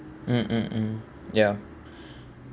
mm mm mm ya